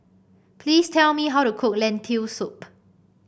please tell me how to cook Lentil Soup